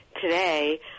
today